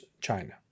China